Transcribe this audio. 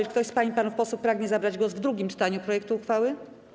Czy ktoś z pań i panów posłów pragnie zabrać głos w drugim czytaniu projektu uchwały?